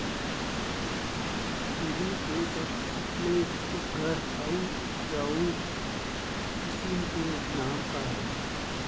तिलि के सबले सुघ्घर अऊ उपजाऊ किसिम के नाम का हे?